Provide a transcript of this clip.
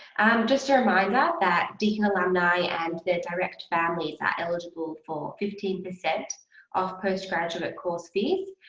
just a reminder that deakin alumni and their direct families are eligible for fifteen percent off postgraduate course fees.